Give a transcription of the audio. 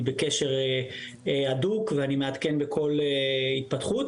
אני בקשר הדוק ואני מעדכן בכל התפתחות,